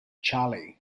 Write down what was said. charley